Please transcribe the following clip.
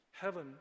heaven